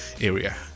area